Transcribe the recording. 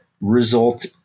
result